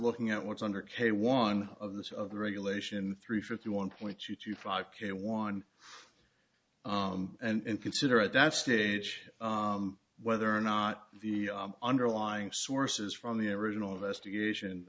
looking at what's under k one of this of the regulation three fifty one point two to five k one and consider at that stage whether or not the underlying sources from the original investigation